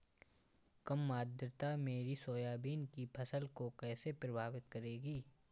कम आर्द्रता मेरी सोयाबीन की फसल को कैसे प्रभावित करेगी?